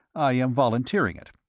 i am volunteering it.